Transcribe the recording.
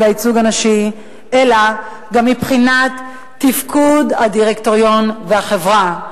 הייצוג הנשי אלא גם מבחינת תפקוד הדירקטוריון והחברה.